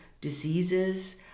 diseases